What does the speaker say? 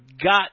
got